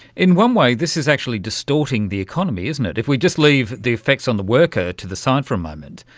in one way this is actually distorting the economy, isn't it. if we just leave the effects on the worker to the side for a moment,